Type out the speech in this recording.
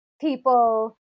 people